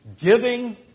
giving